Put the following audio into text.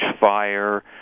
fire